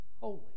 holy